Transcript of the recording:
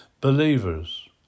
believers